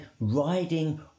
riding